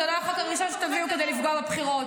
זה לא החוק הראשון שתביאו כדי לפגוע בבחירות.